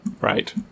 Right